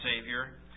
Savior